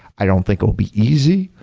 i don't think it will be easy,